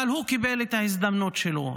אבל הוא קיבל את ההזדמנות שלו.